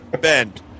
bend